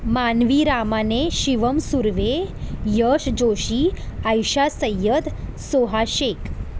मानवी रामाने शिवम सुर्वे यश जोशी आयशा सय्यद सोहा शेख